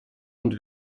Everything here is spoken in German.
und